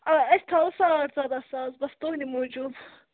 آ أسۍ تھاوَو ساڑ ژۄداہ ساس بَس تُہنٛدِ موٗجوٗب